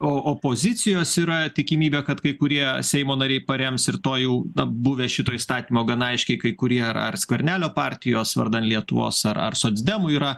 o opozicijos yra tikimybė kad kai kurie seimo nariai parems ir to jau buvę šito įstatymo gana aiškiai kai kurie ar ar skvernelio partijos vardan lietuvos ar ar socdemų yra